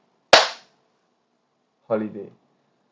holiday